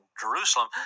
Jerusalem